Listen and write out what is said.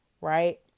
right